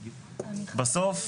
בסוף,